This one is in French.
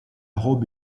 robe